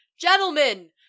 Gentlemen